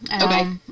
Okay